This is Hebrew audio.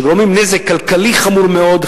שגורמים נזק כלכלי חמור מאוד,